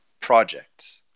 projects